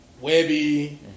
Webby